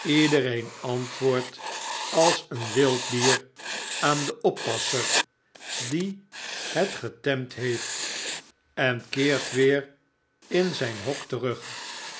iedereen autwoordt als een wild dier aan den oppasser die het getemd heeft en keert weer in zjjn hok terug